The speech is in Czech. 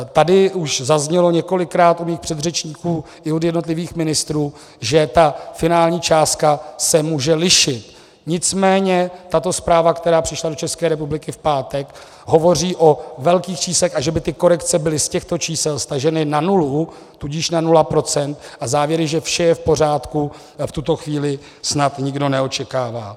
Tady už zaznělo několikrát od mých předřečníků i od jednotlivých ministrů, že finální částka se může lišit, nicméně tato zpráva, která přišla do České republiky v pátek, hovoří o velkých číslech, a že by ty korekce byly z těchto čísel staženy na nulu, tudíž na 0 %, a závěry, že vše je v pořádku, v tuto chvíli snad nikdo neočekává.